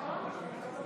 בבקשה,